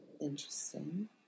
Interesting